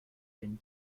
been